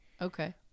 Okay